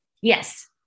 yes